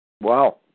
Wow